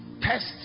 test